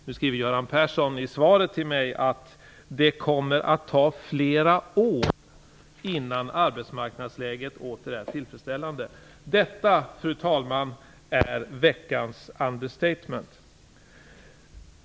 Nu skriver Göran Persson i svaret till mig att det kommer att "ta flera år innan arbetsmarknadsläget åter är tillfredsställande". Detta, fru talman, är veckans understatement.